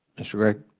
mr gregg?